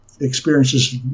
experiences